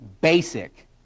basic